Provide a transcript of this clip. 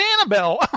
Annabelle